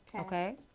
Okay